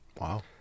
Wow